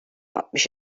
altmış